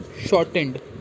shortened